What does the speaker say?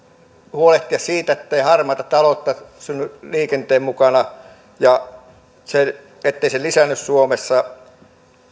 huolehtia siitä ettei harmaata taloutta synny liikenteen mukana ja ettei se lisäänny suomessa